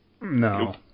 No